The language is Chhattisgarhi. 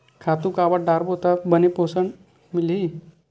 खातु काबर डारबो त बने पोषण मिलही?